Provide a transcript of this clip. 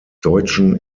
deutschen